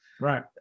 Right